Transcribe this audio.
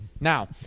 Now